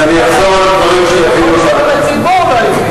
יכול להיות שגם הציבור לא הבין.